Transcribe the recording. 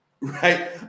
right